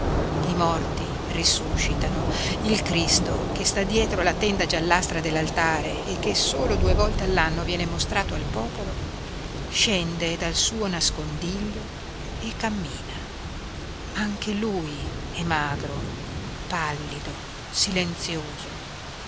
i morti risuscitano il cristo che sta dietro la tenda giallastra dell'altare e che solo due volte all'anno viene mostrato al popolo scende dal suo nascondiglio e cammina anche lui è magro pallido silenzioso